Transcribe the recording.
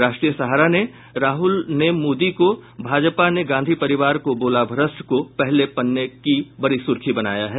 राष्ट्रीय सहारा ने राहुल ने मोदी को भाजपा ने गांधी परिवार को बोला भ्रष्ट को पहले पन्ने की बड़ी सुर्खी बनाया है